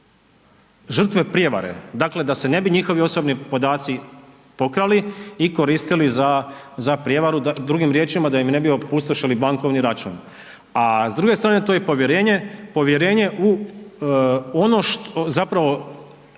bili žrtve prijevare, dakle da se ne bi njihovi osobni podaci pokrali i koristili za prijevaru, drugim riječima, da im ne bi opustošili bankovni račun. A s druge strane, to je povjerenje, povjerenje u ono zapravo,